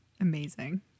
amazing